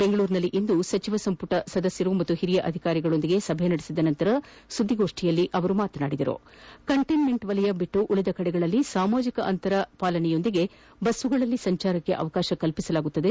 ಬೆಂಗಳೂರಿನಲ್ಲಿಂದು ಸಚಿವ ಸಂಪುಟ ಸದಸ್ಯರು ಹಾಗೂ ಹಿರಿಯ ಅಧಿಕಾರಿಗಳೊಂದಿಗೆ ಸಭೆ ನಡೆಸಿದ ನಂತರ ಸುದ್ದಿಗೋಷ್ಠಿಯಲ್ಲಿ ಮಾತನಾಡಿದ ಅವರು ಕಂಟ್ಟಿನ್ಮೆಂಟ್ ವಲಯ ಹೊರತುಪಡಿಸಿ ಉಳಿದ ಕಡೆಗಳಲ್ಲಿ ಸಾಮಾಜಿಕ ಅಂತರ ಕಾಯ್ಲುಕೊಂಡು ಬಸ್ಗಳಲ್ಲಿ ಸಂಚರಿಸಲು ಅವಕಾಶ ಕಲ್ವಿಸಲಾಗುವುದು